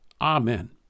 Amen